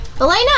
elena